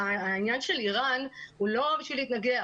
העניין של אירן הוא לא בשביל להתנגח,